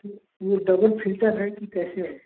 वो double filter है कि कैसे है